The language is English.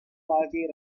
party